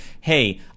hey